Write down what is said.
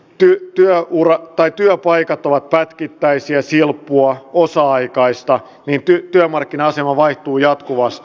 työ ja uraa tai työpaikat ovat pätkittäisiä silppua osa aikaista ja joiden työmarkkina asema vaihtuu jatkuvasti